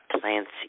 plants